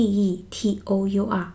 Detour